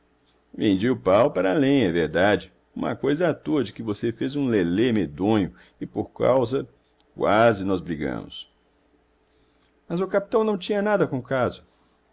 vendi o pau para lenha é verdade uma coisa à toa de que você fez um lelé medonho e por causa quase nós brigamos mas o capitão não tinha nada com o caso